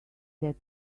that